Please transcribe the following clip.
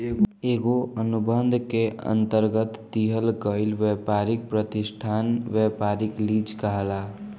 एगो अनुबंध के अंतरगत दिहल गईल ब्यपारी प्रतिष्ठान ब्यपारिक लीज कहलाला